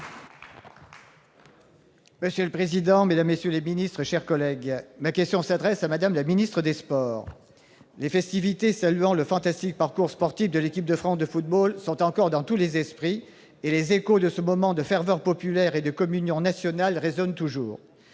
pour le groupe socialiste et républicain. Ma question s'adresse à Mme la ministre des sports. Les festivités saluant le fantastique parcours sportif de l'équipe de France de football sont encore dans tous les esprits, et les échos de ce moment de ferveur populaire et de communion nationale résonnent toujours.